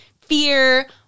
fear